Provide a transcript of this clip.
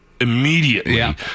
immediately